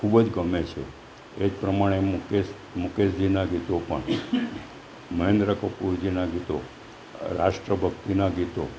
ખૂબ જ ગમે છે એ જ પ્રમાણે મુકેશ મુકેશજીનાં ગીતો પણ મહેન્દ્ર કપૂરજીનાં ગીતો રાષ્ટ્રભક્તિનાં ગીતો